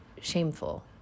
shameful